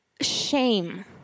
shame